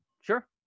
sure